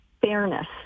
fairness